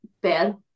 bad